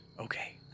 Okay